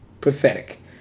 Pathetic